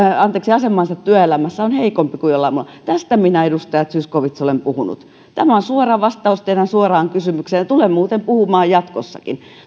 asemansa työelämässä on heikompi kuin joillain muilla tästä minä edustaja zyskowicz olen puhunut tämä on suora vastaus teidän suoraan kysymykseenne ja tulen muuten puhumaan jatkossakin